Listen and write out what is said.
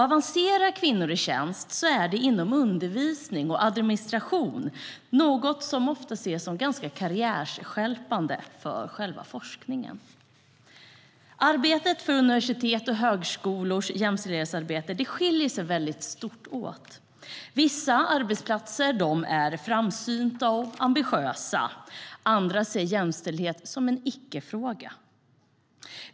Avancerar kvinnor i tjänst är det inom undervisning och administration, något som ofta ses som ganska karriärsstjälpande för själva forskningen. Universitets och högskolors jämställdhetsarbete skiljer väldigt mycket åt. Vissa arbetsplatser är framsynta och ambitiösa, andra ser jämställdhet som en icke-fråga.